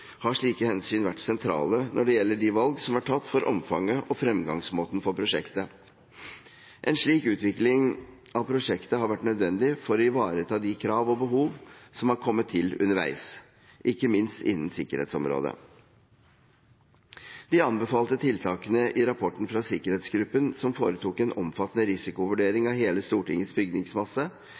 har slike hensyn vært sentrale når det gjelder de valg som er tatt for omfanget og fremgangsformen for prosjektet. En slik utvikling av prosjektet har vært nødvendig for å ivareta de krav og behov som har kommet til underveis, ikke minst innen sikkerhetsområdet. De anbefalte tiltakene i rapporten fra sikkerhetsgruppen som foretok en omfattende risikovurdering av hele Stortingets bygningsmasse,